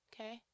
okay